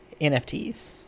NFTs